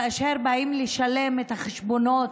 כאשר הם באים לשלם את החשבונות.